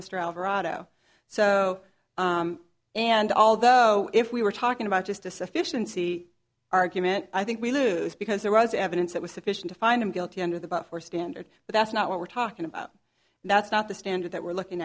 mr alvarado so and although if we were talking about just a sufficiency argument i think we lose because there was evidence that was sufficient to find him guilty under the but for standard but that's not what we're talking about and that's not the standard that we're looking